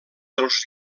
dels